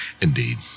Indeed